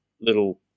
little